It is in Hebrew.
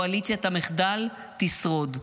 קואליציית המחדל תשרוד.